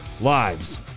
lives